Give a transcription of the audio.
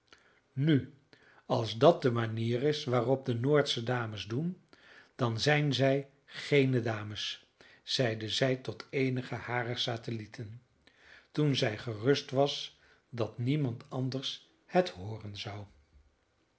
nu als dat de manier is waarop de noordsche dames doen dan zijn zij geene dames zeide zij tot eenige harer satellieten toen zij gerust was dat niemand anders het hooren zou